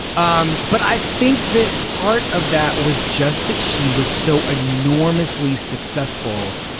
um but i think that part of that was just that she was so enormously successful.